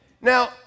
Now